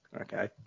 okay